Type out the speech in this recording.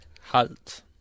Halt